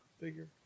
figure